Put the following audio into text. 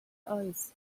eyes